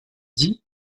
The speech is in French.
dit